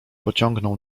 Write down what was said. pociągnął